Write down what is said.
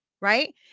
right